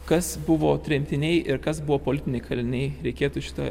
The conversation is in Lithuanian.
kas buvo tremtiniai ir kas buvo politiniai kaliniai reikėtų šitą atskirti